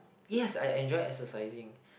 yes I enjoy exercising